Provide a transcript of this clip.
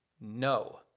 no